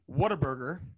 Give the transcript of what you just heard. Whataburger